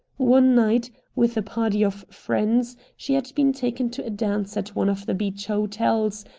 one night, with a party of friends, she had been taken to a dance at one of the beach hotels,